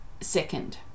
second